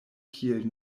kiel